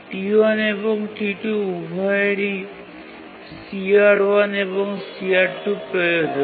T1 এবং T2 উভয়েরই CR1 এবং CR2 প্রয়োজন